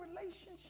relationship